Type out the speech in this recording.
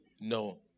No